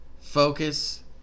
focus